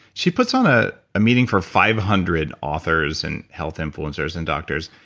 she puts on a meeting for five hundred authors and health influencers and doctors.